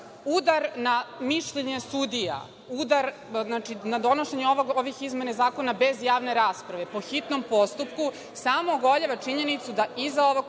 udar na mišljenje sudija, ovo donošenje ovih izmena zakona bez javne rasprave, po hitnom postupku, samo ogoljava činjenicu da iza ovog